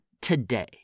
today